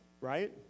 right